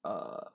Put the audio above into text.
err